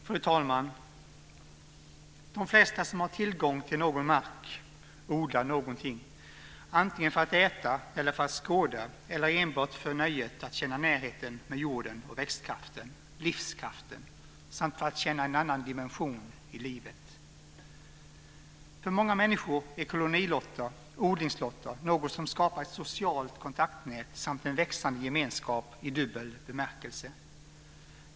Fru talman! De flesta som har tillgång till någon mark odlar något, antingen för att äta eller för att skåda eller enbart för nöjet att känna närheten med jorden, växtkraften och livskraften samt för att känna en annan dimension i livet. För många människor är kolonilotter, odlingslotter, något som skapar ett socialt kontaktnät samt en växande gemenskap i dubbel bemärkelse.